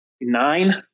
nine